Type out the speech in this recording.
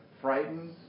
frightened